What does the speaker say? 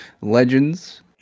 legends